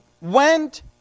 went